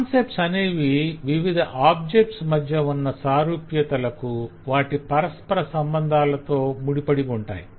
concepts అనేవి వివిధ objects మధ్య ఉన్న సారూప్యతలకు వాటి పరస్పర సంబంధాలతో ముడిపడి ఉంటాయి